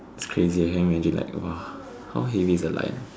it's crazy can you imagine !wah! how heavy is a lion